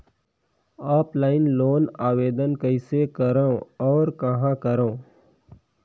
Offline loan आवेदन कइसे करो और कहाँ करो?